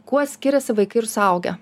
kuo skiriasi vaikai ir suaugę